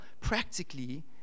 practically